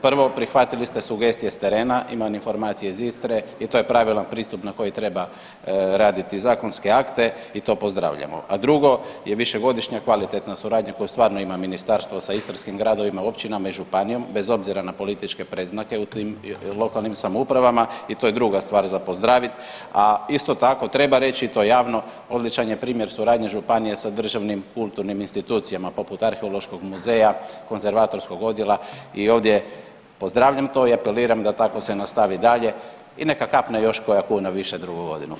Prvo, prihvatili ste sugestije s terena, imam informacije iz Istre i to je pravilan pristup na koji treba raditi zakonske akte i to pozdravljamo, a drugo je višegodišnja kvalitetna suradnja koju stvarno ima ministarstvo sa istarskim gradovima, općinama i županijom bez obzira na političke predznake u tim lokalnim samoupravama i to je druga stvar za pozdravit, a isto tako treba reći i to javno, odličan je primjer suradnje županije sa državnim kulturnim institucijama poput arheološkog muzeja, konzervatorskog odjela i ovdje pozdravljam to i apeliram da tako se nastavi dalje i neka kapne još koja kuna više drugu godinu.